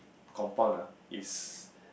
compound ah is